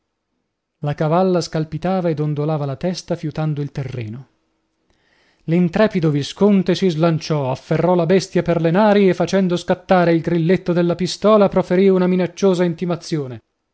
la cavalla scalpitava e dondolava la testa fiutando il terreno l'intrepido visconte si slanciò afferrò la bestia per le nari e facendo scattare il grilletto della pistola proferì una minacciosa intimazione